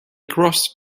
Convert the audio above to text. crossed